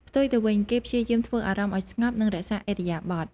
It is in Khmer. ផ្ទុយទៅវិញ គេព្យាយាមធ្វើអារម្មណ៍ឱ្យស្ងប់ និង រក្សាឥរិយាបថ។